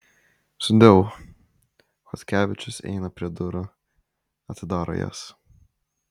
sudieu chodkevičius eina prie durų atidaro jas